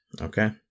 okay